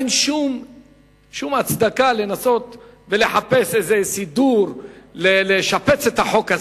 אין שום הצדקה לנסות ולחפש איזה סידור לשפץ את החוק הזה.